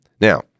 Now